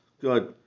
Good